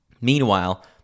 Meanwhile